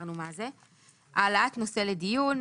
העלאת נושא לדיון,